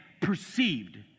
perceived